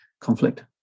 conflict